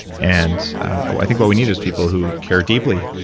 and i think what we need is people who care deeply,